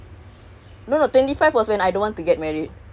with my current partner now